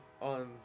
on